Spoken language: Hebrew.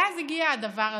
ואז הגיע הדבר הזה,